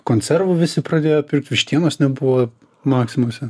konservų visi pradėjo pirkt vištienos nebuvo maksimose